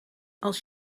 als